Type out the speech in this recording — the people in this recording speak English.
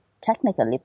technically